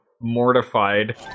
mortified